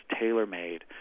tailor-made